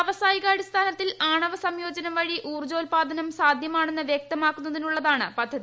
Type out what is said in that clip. വ്യാവസായികാടിസ്ഥാനത്തിൽ ആണവ സംയോജനം വഴി ഊർജ്ജോൽപാദനം സാദ്ധ്യമാണെന്ന് വൃക്തമാക്കുന്നതിനുള്ളതാണ് പദ്ധതി